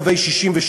הבסיס הוא קווי 67',